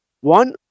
One